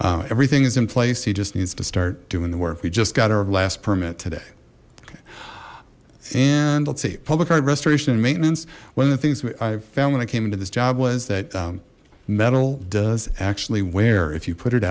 everything is in place he just needs to start doing the work we just got our last permit today and let's see public art restoration and maintenance one of the things i found when i came into this job was that metal does actually where if you put it